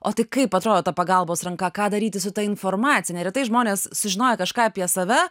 o tai kaip atrodo ta pagalbos ranka ką daryti su ta informacija neretai žmonės sužinoję kažką apie save